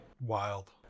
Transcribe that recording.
Wild